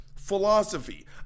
Philosophy